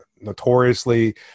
notoriously